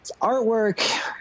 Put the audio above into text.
artwork